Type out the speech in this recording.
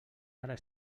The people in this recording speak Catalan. ara